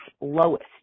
lowest